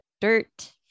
dirt